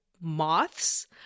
moths